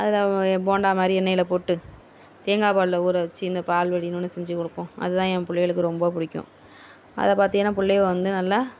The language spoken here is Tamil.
அதில் போண்டா மாதிரி எண்ணெயில் போட்டு தேங்காபாலில் ஊற வச்சு இந்த பால் ஒன்று செஞ்சு கொடுப்போம் அதுதான் என் பிள்ளைகளுக்கு ரொம்ப பிடிக்கும் அதை பார்த்திங்கன்னா பிள்ளைக வந்து நல்லா